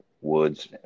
Woods